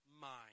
mind